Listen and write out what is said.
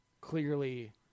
clearly